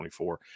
24